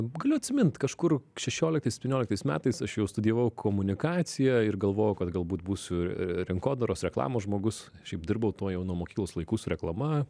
galiu atsimint kažkur šešioliktais septynioliktais metais aš jau studijavau komunikaciją ir galvojau kad galbūt būsiu rinkodaros reklamos žmogus šiaip dirbau tuo jau nuo mokyklos laikų su reklama